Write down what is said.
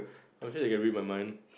I'm sure they can read my mind